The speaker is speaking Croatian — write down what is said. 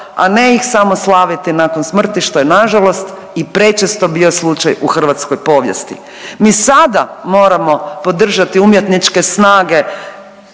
a ne ih samo slaviti nakon smrti što je na žalost i prečesto bio slučaj u hrvatskoj povijesti. Mi sada moramo podržati umjetničke snage